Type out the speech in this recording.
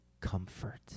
comfort